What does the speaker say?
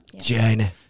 China